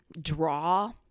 draw